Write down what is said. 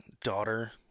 daughter